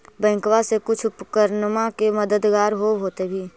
बैंकबा से कुछ उपकरणमा के मददगार होब होतै भी?